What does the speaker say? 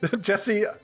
Jesse